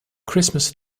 christmas